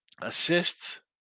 assists